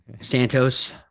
Santos